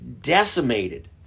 decimated